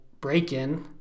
break-in